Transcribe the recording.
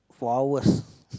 for hours